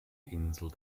insel